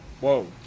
Whoa